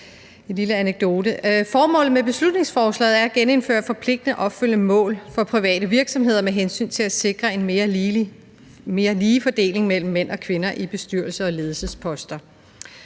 Formålet med beslutningsforslaget er at genindføre forpligtende opfølgende mål for private virksomheder med hensyn til at sikre en mere lige fordeling mellem mænd og kvinder i bestyrelser og på ledelsesposter.